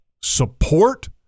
Support